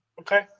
Okay